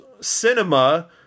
Cinema